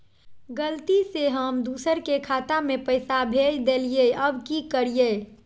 गलती से हम दुसर के खाता में पैसा भेज देलियेई, अब की करियई?